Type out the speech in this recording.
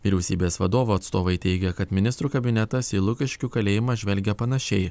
vyriausybės vadovo atstovai teigia kad ministrų kabinetas į lukiškių kalėjimą žvelgia panašiai